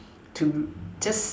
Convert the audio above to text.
to just